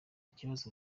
kibazo